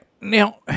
now